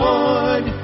Lord